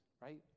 right